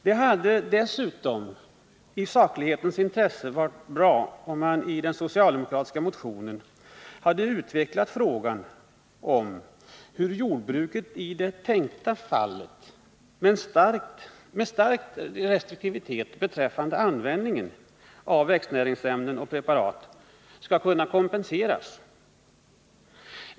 Det hade dessutom i saklighetens intresse varit bra, om man i den socialdemokratiska motionen hade utvecklat frågan om hur jordbruket i det tänkta fallet, med stark restriktivitet beträffande användningen av växtnäringsämnen och preparat, skall kunna kompenseras.